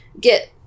get